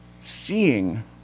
seeing